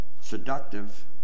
seductive